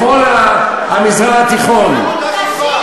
בכל המזרח התיכון.